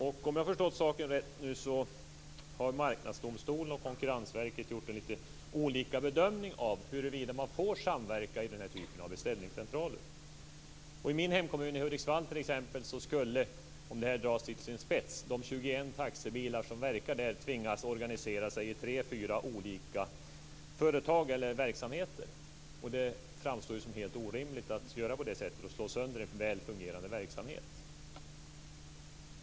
Om jag har förstått saken rätt har Marknadsdomstolen och Konkurrensverket gjort olika bedömningar av huruvida man får samverka i den här typen av beställningscentraler. I min hemkommun Hudiksvall skulle detta, om det dras till sin spets, innebära att de 21 taxibilar som verkar där tvingas organisera sig i tre fyra olika företag eller verksamheter. Det framstår ju som helt orimligt att göra på det sättet och slå sönder en väl fungerande verksamhet.